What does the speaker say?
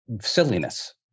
silliness